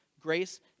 grace